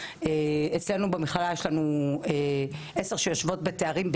אצלנו במכללה יש לנו כ-10 סטודנטיות שיושבת בתארים,